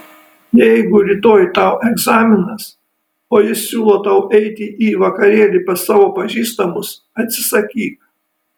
jeigu rytoj tau egzaminas o jis siūlo tau eiti į vakarėlį pas savo pažįstamus atsisakyk